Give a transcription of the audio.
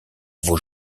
vos